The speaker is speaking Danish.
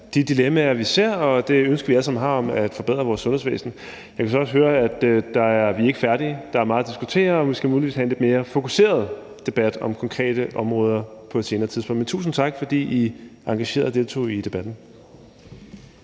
de dilemmaer, vi ser, og af det ønske, vi alle sammen har om at forbedre vores sundhedsvæsen. Jeg kan så også høre, at vi ikke er færdige, at der er meget at diskutere, og at vi muligvis skal have en lidt mere fokuseret debat om konkrete områder på et senere tidspunkt. Men tusind tak, fordi I engagerede jer og deltog i debatten.